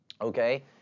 okay